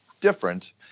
different